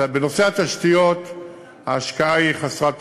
אז בנושא התשתיות ההשקעה היא חסרת תקדים,